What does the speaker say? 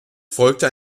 folgte